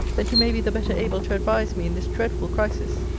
that you may be the better able to advise me in this dreadful crisis.